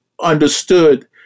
understood